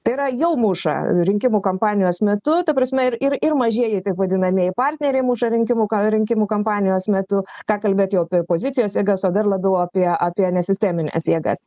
tai yra jau muša rinkimų kampanijos metu ta prasme ir ir ir mažieji taip vadinamieji partneriai muša rinkimų ką rinkimų kampanijos metu ką kalbėt jau apie opozicijos jėgas o dar labiau apie apie nesistemines jėgas